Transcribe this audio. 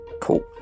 Cool